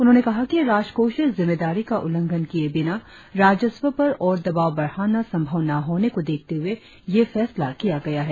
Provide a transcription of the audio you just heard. उन्होंने कहा कि राजकोषीय जिम्मेदारी का उल्लंघन किए बिना राजस्व पर और दबाव बढ़ाना संभव न होने को देखते हुए यह फैसला किया गया है